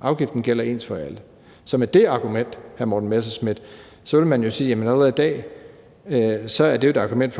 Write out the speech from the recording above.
afgiften gælder ens for alle. Så med det argument, hr. Morten Messerschmidt, ville man jo sige, at allerede i dag er det jo et argument,